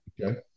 Okay